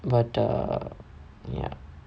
but err ya